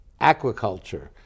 aquaculture